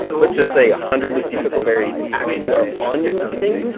let's just say, a hundred lucy pickleberries actually are on your listing,